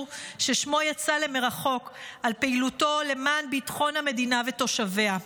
ששמו יצא למרחוק על פעילותו למען ביטחון המדינה ותושביה.